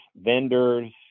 vendors